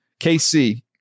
KC